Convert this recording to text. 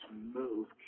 move